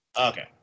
Okay